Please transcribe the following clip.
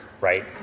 right